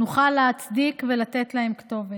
נוכל להצדיק ולתת להם כתובת.